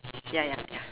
ya ya ya